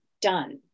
done